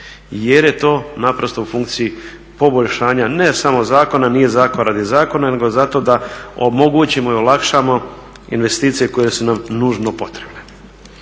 jer je to naprosto u funkciji poboljšanja, ne samo zakona jer nije zakon radi zakona nego zato da omogućimo i olakšamo investicije koje su nam nužno potrebne.